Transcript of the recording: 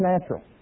natural